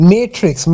Matrix